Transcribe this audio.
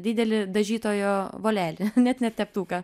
didelį dažytojo volelį net ne teptuką